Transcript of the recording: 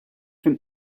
from